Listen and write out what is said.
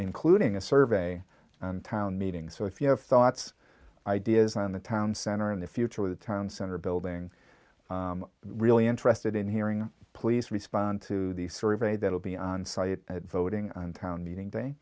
including a survey town meetings so if you have thoughts ideas on the town center in the future of the town center building really interested in hearing please respond to the survey that will be on site voting on town meeting day